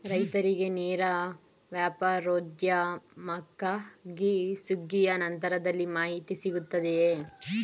ರೈತರಿಗೆ ನೇರ ವ್ಯಾಪಾರೋದ್ಯಮಕ್ಕಾಗಿ ಸುಗ್ಗಿಯ ನಂತರದಲ್ಲಿ ಮಾಹಿತಿ ಸಿಗುತ್ತದೆಯೇ?